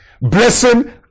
Blessing